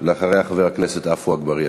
אחריה,